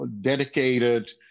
dedicated